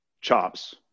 chops